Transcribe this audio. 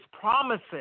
promises